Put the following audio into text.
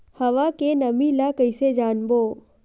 हवा के नमी ल कइसे जानबो?